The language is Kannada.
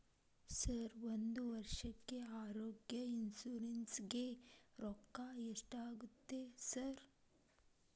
ಸರ್ ಒಂದು ವರ್ಷಕ್ಕೆ ಆರೋಗ್ಯ ಇನ್ಶೂರೆನ್ಸ್ ಗೇ ರೊಕ್ಕಾ ಎಷ್ಟಾಗುತ್ತೆ ಸರ್?